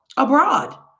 abroad